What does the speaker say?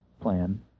plan